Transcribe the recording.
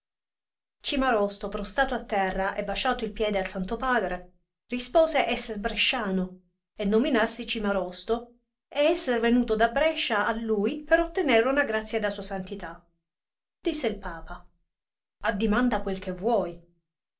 facendo cimarosto prostrato a terra e basciato il piede al santo padre rispose esser bresciano e nominarsi cimarosto e esser venuto da brescia a lui per ottenere una grazia da sua santità disse il papa addimanda quel che vuoi